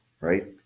right